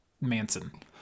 Manson